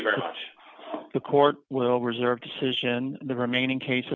you very much the court will reserve decision the remaining case